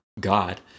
god